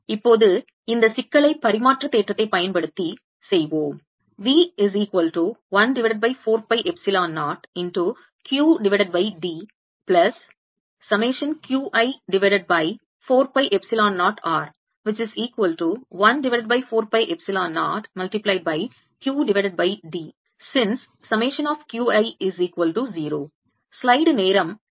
இப்போது இந்த சிக்கலை பரிமாற்ற தேற்றத்தைப் பயன்படுத்தி செய்வோம்